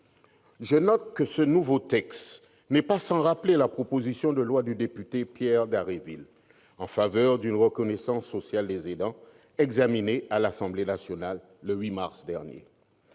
démunis. Ce nouveau texte n'est pas sans rappeler la proposition de loi du député Pierre Dharréville en faveur d'une reconnaissance sociale des aidants, examinée à l'Assemblée nationale le 8 mars dernier,